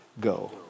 go